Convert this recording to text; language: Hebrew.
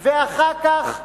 ואחר כך במרס,